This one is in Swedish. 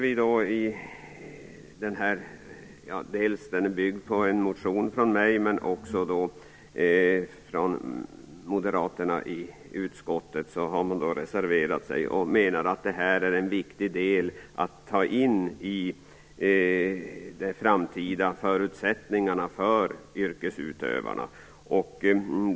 Vi menar i den motion som jag står bakom och i reservationen från moderaterna att detta är en viktig del att ta in i de framtida förutsättningarna för yrkesutövarna.